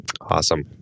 awesome